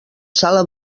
sala